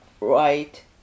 right